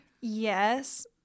Yes